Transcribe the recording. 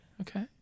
Okay